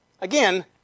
Again